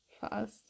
fast